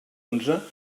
onze